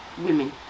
women